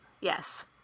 Yes